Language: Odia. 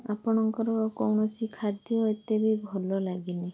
ଆପଣଙ୍କର କୌଣସି ଖାଦ୍ୟ ଏତେ ବି ଭଲ ଲାଗିନି